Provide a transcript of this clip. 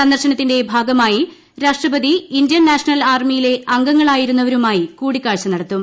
സന്ദർശനത്തിന്റെ ഭാഗമായി രാഷ്ട്രപതി ഇന്ത്യൻ നാഷണൽ ആർമിയിലെ അംഗങ്ങളായിരുന്നവരുമായി കൂടിക്കാഴ്ച നടത്തും